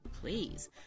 Please